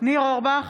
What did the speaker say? ניר אורבך,